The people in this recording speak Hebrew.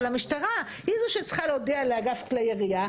המשטרה היא זו שצריכה להודיע לאגף כלי ירייה,